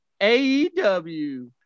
AEW